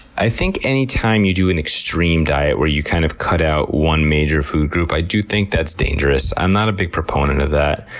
i think anytime you do an extreme diet where you kind of cut out one major food group, i do think that's dangerous. i'm not a big proponent of that.